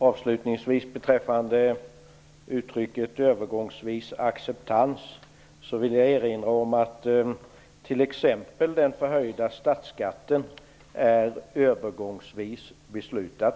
Avslutningsvis vill jag beträffande uttrycket "övergångsvis acceptans" erinra om att t.ex. den förhöjda statsskatten är övergångsvis beslutad.